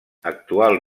actual